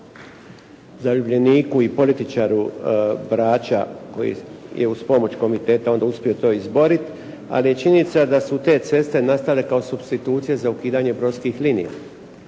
zaljubljeniku i političaru Brača koji je uz pomoć komiteta onda uspio to izboriti. Ali je činjenica da su te ceste nastale kao substitucija za ukidanje brodskih linija.